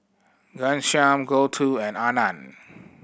Ghanshyam Gouthu and Anand